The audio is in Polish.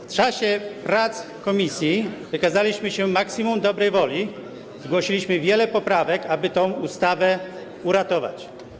W czasie prac w komisji wykazaliśmy maksimum dobrej woli, zgłosiliśmy wiele poprawek, aby tę ustawę uratować.